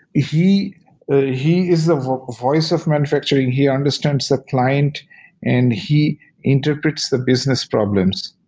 he he is the voice of manufacturing. he understands the client and he interprets the business problems.